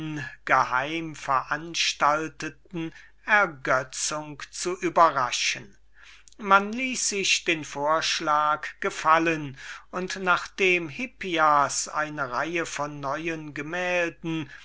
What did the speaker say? geheim veranstalteten ergötzung zu überraschen man ließ sich den vorschlag gefallen und nachdem hippias eine reihe von neuen gemälden